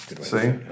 see